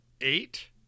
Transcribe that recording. eight